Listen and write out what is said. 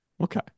Okay